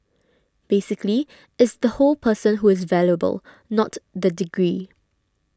basically it's the whole person who is valuable not the degree